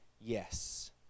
yes